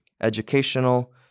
educational